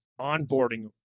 onboarding